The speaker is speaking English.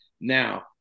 Now